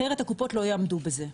אחרת הקופות לא יעמדו בזה.